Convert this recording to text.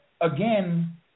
again